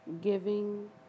Giving